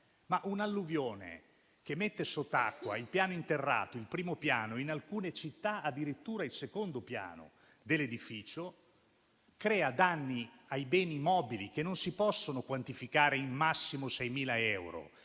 Un'alluvione che mette sott'acqua il piano interrato, il primo piano e in alcune città addirittura il secondo piano dell'edificio, crea danni ai beni mobili che non si possono quantificare in massimo 6.000 euro.